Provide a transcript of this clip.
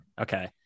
Okay